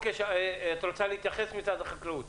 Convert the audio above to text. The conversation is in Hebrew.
משרד החקלאות,